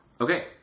Okay